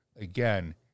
again